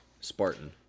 Spartan